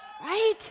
Right